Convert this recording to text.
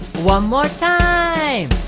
one more time.